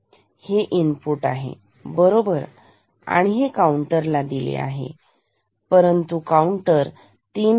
हे इनपुट आहे बरोबर आणि हे काउंटरला दिलेले आहे परंतु काऊंटर 3